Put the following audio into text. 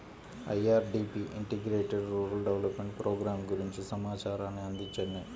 IRDP integrated rural development programme గురించి సమాచారాన్ని అందించండి?